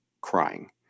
crying